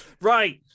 Right